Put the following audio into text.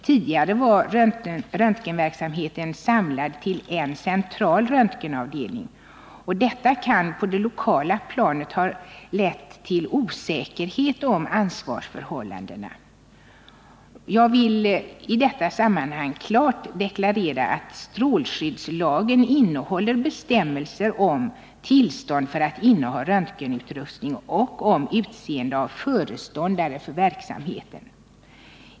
Tidigare var röntgenverksamheten samlad till en central röntgenavdelning. Detta kan på det lokala planet ha lett till osäkerhet om ansvarsförhållandena. Jag vill i detta sammanhang klart deklarera att strålskyddslagen innehåller bestämmelser om tillstånd för att inneha röntgenutrustning och om utseende av föreståndare för verksamheten.